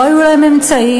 לא היו להם אמצעים,